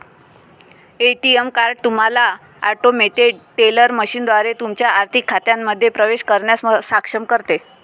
ATM card तुम्हाला automated teller मशीनद्वारे तुमच्या आर्थिक खात्यांमध्ये प्रवेश करण्यास सक्षम करते